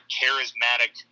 charismatic